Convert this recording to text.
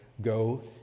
go